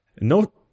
No